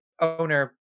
owner